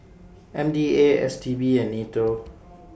M D A S T B and NATO